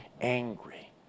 angry